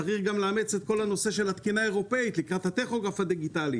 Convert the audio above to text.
צריך גם לאמץ את כל הנושא של התקינה האירופית לקראת הטכוגרף הדיגיטלי.